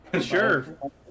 sure